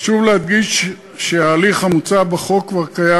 חשוב להדגיש שההליך המוצע בחוק כבר קיים